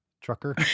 trucker